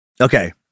Okay